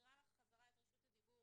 מחזירה לך חזרה את רשות הדיבור,